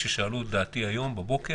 כששאלו את דעתי הבוקר,